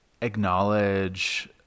acknowledge